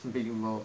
big amount